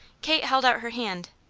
kate held out her hand,